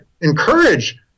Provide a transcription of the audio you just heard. encourage